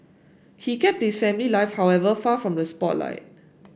he kept this family life however far from the spotlight